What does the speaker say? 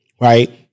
right